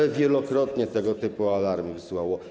RCB wielokrotnie tego typu alarmy wysyłało.